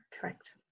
Correct